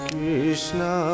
Krishna